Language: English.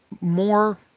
more